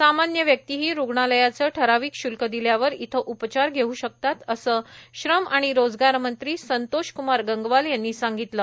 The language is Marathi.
सामान्य व्यक्तीही रूग्णालयाची ठराविक शुल्क दिल्यावर इथं उपचार घेऊ शकतात असं श्रम आणि रोजगार मंत्री संतोषक्मार गंगवाल यांनी सांगितलं